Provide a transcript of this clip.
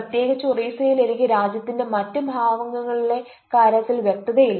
പ്രത്യേകിച്ച് ഒറീസയിൽ എനിക്ക് രാജ്യത്തിന്റെ മറ്റ് ഭാഗങ്ങളിലെ കാര്യത്തിൽ വ്യക്തതയില്ല